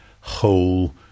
whole